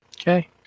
Okay